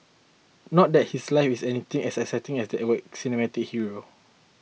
not that his life is anything as exciting as that were cinematic hero